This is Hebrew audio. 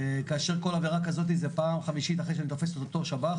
כאשר כל עבירה כזאת זה פעם חמישית אחרי שאני תופס את אותו שב"ח,